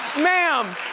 ma'am,